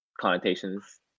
connotations